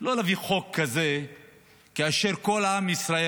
לא להביא חוק כזה כאשר כל העם בישראל